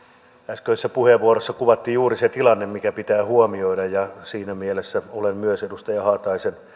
äsköisessä puheenvuorossa kuvattiin juuri se tilanne mikä pitää huomioida ja siinä mielessä olen myös edustaja haataisen